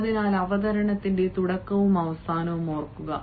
അതിനാൽ അവതരണത്തിന്റെ തുടക്കവും അവസാനവും ഓർക്കുക